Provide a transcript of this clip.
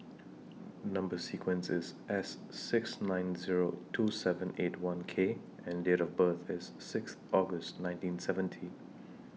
Number sequence IS S six nine Zero two seven eight one K and Date of birth IS Sixth August nineteen seventy